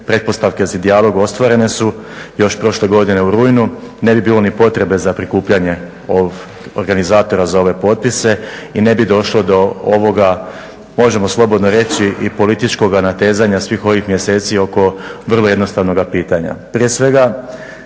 pretpostavke za dijalog ostvarene su još prošle godine u rujnu, ne bi bilo ni potrebe za prikupljanje organizatora za ove potpise i ne bi došlo do ovoga, možemo slobodno reći i političkoga natezanja svih ovih mjeseci oko vrlo jednostavnoga pitanja.